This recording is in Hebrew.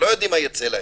לא יודעים מה יצא להם,